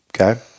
Okay